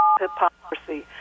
hypocrisy